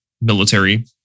military